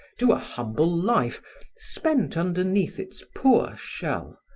to a humble life spent underneath its poor shell,